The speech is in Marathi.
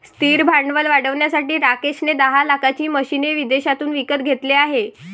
स्थिर भांडवल वाढवण्यासाठी राकेश ने दहा लाखाची मशीने विदेशातून विकत घेतले आहे